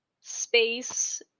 space